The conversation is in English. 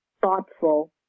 thoughtful